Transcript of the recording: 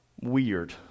weird